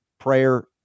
Prayer